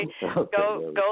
go